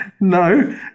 No